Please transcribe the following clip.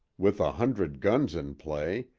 with a hundred guns in play,